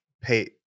pay